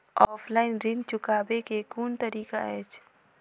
Offline ऋण चुकाबै केँ केँ कुन तरीका अछि?